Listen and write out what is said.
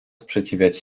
sprzeciwiać